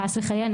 חס וחלילה,